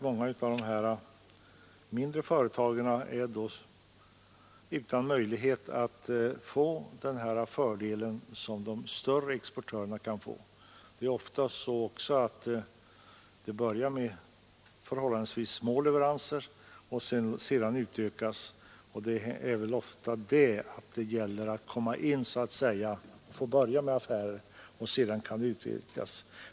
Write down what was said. Många av de mindre företagen utestängs då från den fördel som de större exportörerna kan få. Det är också ofta så att det börjar med förhållandevis små leveranser, som sedan utökas. Det gäller att komma in och få börja göra affärer, och sedan kan det utvidgas.